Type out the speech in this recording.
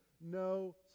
no